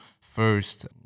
first